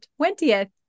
20th